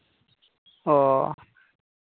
ᱚᱻ